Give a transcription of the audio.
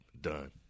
done